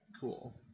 cool